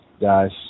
guys